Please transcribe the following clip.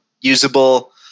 usable